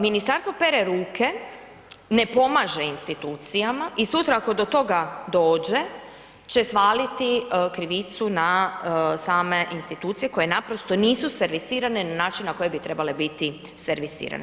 Ministarstvo pere ruke, ne pomaže institucijama i sutra ako do toga dođe će svaliti krivicu na same institucije koje naprosto nisu servisirane na način na koji bi trebale biti servisirane.